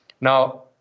Now